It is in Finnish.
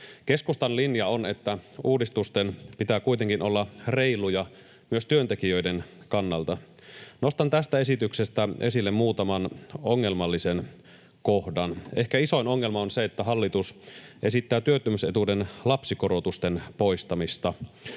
Keskustan linja on, että uudistusten pitää kuitenkin olla reiluja myös työntekijöiden kannalta. Nostan tästä esityksestä esille muutaman ongelmallisen kohdan. Ehkä isoin ongelma on se, että hallitus esittää työttömyysetuuden lapsikorotusten poistamista.